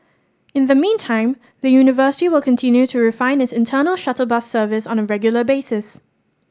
in the meantime the university will continue to refine its internal shuttle bus service on a regular basis